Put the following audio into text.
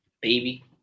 baby